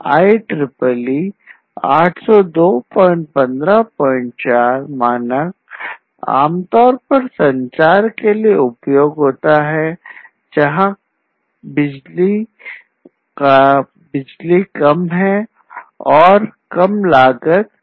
IEEE 802154 मानक तय करती है